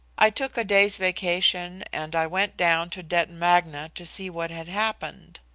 i took a day's vacation and i went down to detton magna to see what had happened.